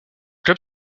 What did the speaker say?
club